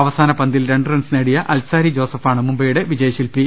അവസാനപന്തിൽ രണ്ട് റൺസ് നേടിയ അൽസാരി ജോസഫാണ് മുംബൈയുടെ വിജയശിൽപി